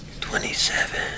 Twenty-seven